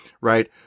right